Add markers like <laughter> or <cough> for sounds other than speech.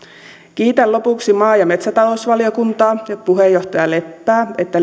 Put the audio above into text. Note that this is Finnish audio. kiitän lopuksi maa ja metsätalousvaliokuntaa ja puheenjohtaja leppää että <unintelligible>